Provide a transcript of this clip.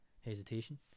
hesitation